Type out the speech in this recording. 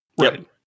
Right